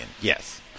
Yes